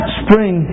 spring